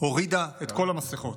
הורידה את כל המסכות.